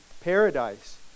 paradise